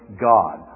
God